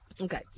Okay